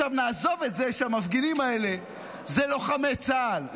נעזוב את זה שהמפגינים האלה הם לוחמי צה"ל,